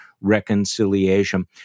reconciliation